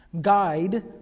Guide